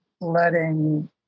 letting